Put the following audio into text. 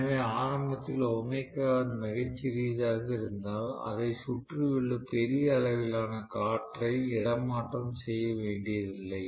எனவே ஆரம்பத்தில் மிக சிறியதாக இருந்தால் அதைச் சுற்றியுள்ள பெரிய அளவிலான காற்றை இடமாற்றம் செய்ய வேண்டியதில்லை